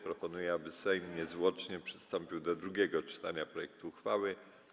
Proponuję, aby Sejm niezwłocznie przystąpił do drugiego czytania projektu uchwały.